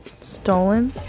Stolen